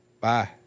bye